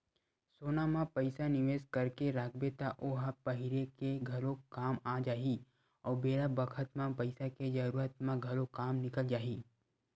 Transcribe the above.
सोना म पइसा निवेस करके राखबे त ओ ह पहिरे के घलो काम आ जाही अउ बेरा बखत म पइसा के जरूरत म घलो काम निकल जाही